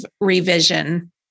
revision